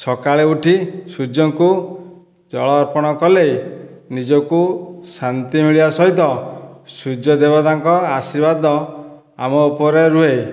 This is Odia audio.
ସକାଳେ ଉଠି ସୂର୍ଯ୍ୟଙ୍କୁ ଜଳ ଅର୍ପଣ କଲେ ନିଜକୁ ଶାନ୍ତି ମିଳିବା ସହିତ ସୂର୍ଯ୍ୟ ଦେବତାଙ୍କ ଆଶୀର୍ବାଦ ଆମ ଉପରେ ରୁହେ